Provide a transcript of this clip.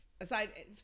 Aside